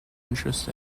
interest